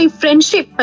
friendship